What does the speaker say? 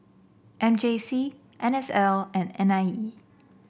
M J C N S L and N I E